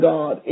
God